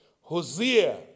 Hosea